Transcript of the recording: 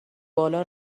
بالا